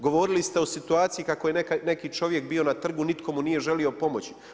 Govorili ste o situaciji kako je neki čovjek bio na trgu, nitko mu nije želio pomoći.